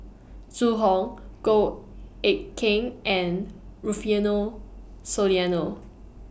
Zhu Hong Goh Eck Kheng and Rufino Soliano